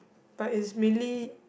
but it's mainly